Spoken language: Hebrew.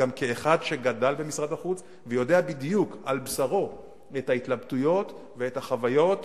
גם כאחד שגדל במשרד החוץ ויודע בדיוק על בשרו את ההתלבטויות ואת החוויות